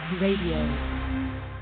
Radio